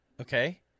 Okay